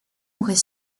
aurait